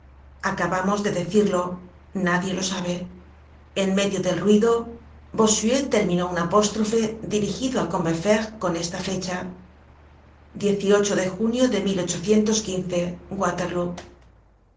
acabamos de decirlo nadie lo sabe en medio del ruido bossuet terminó un apóstrofe dirigido á combeferre con esta fecha de junio de waterlóo